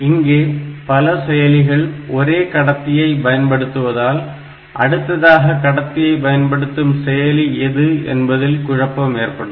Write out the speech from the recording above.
இங்கே பல செயலிகள் ஒரே கடத்தியை பயன்படுத்துவதால் அடுத்ததாக கடத்தியை பயன்படுத்தும் செயலி எது என்பதில் குழப்பம் ஏற்படும்